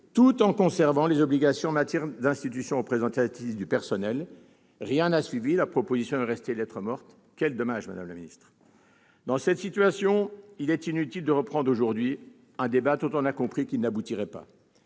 tout en conservant les obligations en matière d'institutions représentatives du personnel. Mais rien n'a suivi et cette proposition est restée lettre morte. Quel dommage, madame la secrétaire d'État ! Dans cette situation, il est inutile de reprendre aujourd'hui un débat dont tout le monde a compris qu'il n'aboutirait pas.